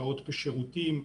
השקעות בשירותים,